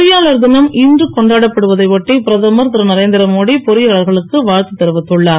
பொறியாளர் தினம் இன்று கொண்டாடப்படுவதை ஒட்டி பிரதமர் திருநரேந்திர மோடி பொறியாளர்களுக்கு வாழ்த்து தெரிவித்துள்ளார்